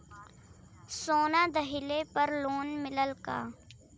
सोना दहिले पर लोन मिलल का?